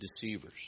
deceivers